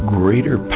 greater